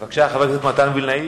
בבקשה, סגן השר מתן וילנאי.